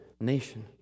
nation